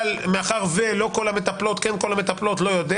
אבל מאחר שלא כל המטפלות, כן כל המטפלות לא יודע